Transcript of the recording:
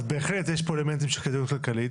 אז בהחלט יש פה אלמנטים של כדאיות כלכלית,